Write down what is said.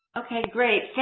okay, great.